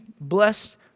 blessed